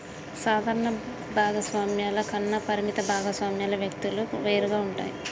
సాధారణ భాగస్వామ్యాల కన్నా పరిమిత భాగస్వామ్యాల వ్యక్తులు వేరుగా ఉంటారు